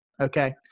okay